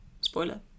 Spoiler